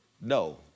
No